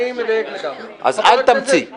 תמציא חדשים אחרי כמה שנים שאתה כבר פה.